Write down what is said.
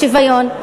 לשוויון,